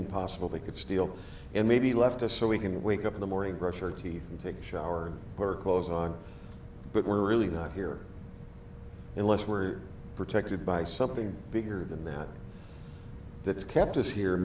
impossible they could steal and maybe left us so we can wake up in the morning brush our teeth and take showers her clothes on but we're really not here unless we're protected by something bigger than that that's kept us here